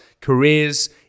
careers